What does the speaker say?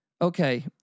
okay